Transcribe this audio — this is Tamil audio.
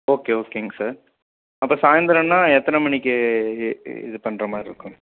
ஓகே ஓகேங்க சார் அப்போ சாய்ந்திரன்னா எத்தனை மணிக்கு இது பண்ணுற மாரிருக்கும்